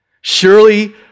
Surely